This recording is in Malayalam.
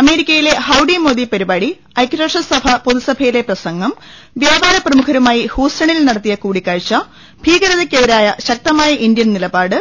അമേരിക്കയിലെ ഹൌഡി മോദി പരിപാടി ഐക്യ രാഷ്ട്ര സഭ പൊതുസഭയിലെ പ്രസംഗം വ്യാപാര പ്രമുഖരുമായി ഹൂസ്റ്റണിൽ നടത്തിയ കൂടിക്കാഴ്ച ഭീകരതക്കെതിരായ ശക്ത മായ ഇന്ത്യൻ നിലപാട്